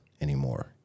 anymore